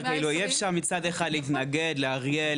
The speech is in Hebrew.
אי אפשר מצד אחד להתנגד לאריאל,